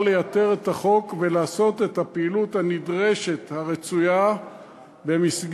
לייתר את החוק ולעשות את הפעילות הנדרשת הרצויה במסגרת